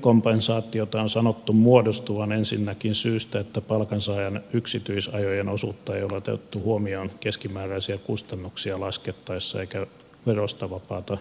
ylikompensaatiota on sanottu muodostuvan ensinnäkin siitä syystä että palkansaajan yksityisajojen osuutta ei ole otettu huomioon keskimääräisiä kustannuksia laskettaessa eikä verosta vapaata